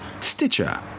Stitcher